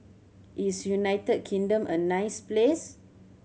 is United Kingdom a nice place